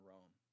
Rome